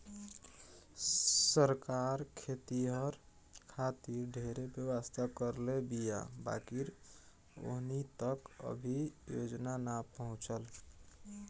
सरकार खेतिहर खातिर ढेरे व्यवस्था करले बीया बाकिर ओहनि तक अभी योजना ना पहुचल